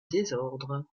désordre